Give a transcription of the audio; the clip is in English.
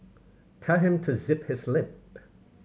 tell him to zip his lip